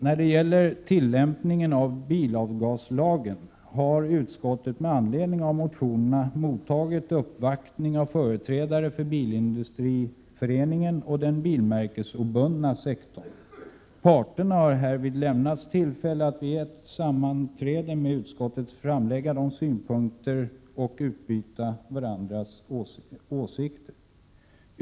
När det gäller tillämpningen av bilavgaslagen har utskottet med anledning av motionerna mottagit uppvaktning av företrädare för Bilindustriföreningen och den bilmärkesobundna sektorn. Parterna har därvid lämnats tillfälle att vid ett sammanträde med utskottet framlägga sina synpunkter och bemöta varandras argument.